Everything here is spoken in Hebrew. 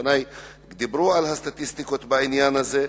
לפני דיברו על הסטטיסטיקות בעניין הזה,